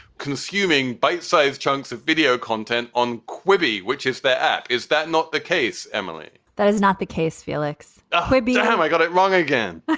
consuming, bite sized chunks of video content on quimby, which is their app. is that not the case, emily? that is not the case, felix ah maybe um i got it wrong again